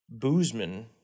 Boozman –